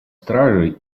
стражей